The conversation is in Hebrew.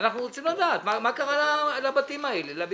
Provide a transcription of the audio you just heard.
אנחנו רוצים לדעת מה קרה לבתים האלה,